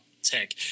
tech